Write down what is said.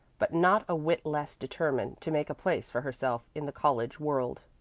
but not a whit less determined to make a place for herself in the college world.